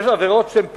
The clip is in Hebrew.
יש עבירות שהן פשע,